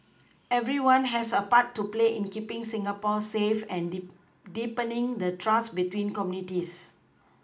everyone has a part to play in keePing Singapore safe and deep deepening the trust between communities